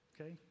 Okay